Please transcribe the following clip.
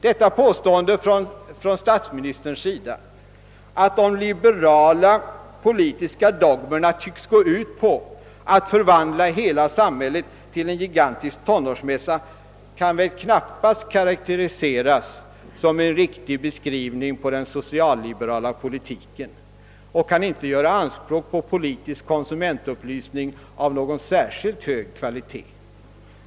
Detta påstående av statsministern kan knappast karakteriseras som en riktig beskrivning av den socialliberala politiken och kan inte göra anspråk på att vara politisk konsumentupplysning av någon särskilt hög kvalitet.